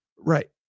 Right